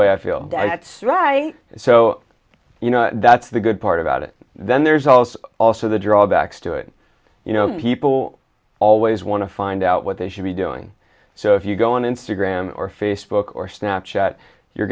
way i feel that's right so you know that's the good part about it then there's also also the drawbacks to it you know people always want to find out what they should be doing so if you go on instagram or facebook or snap chat you're